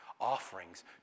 offerings